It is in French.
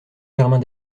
germain